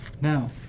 Now